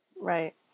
Right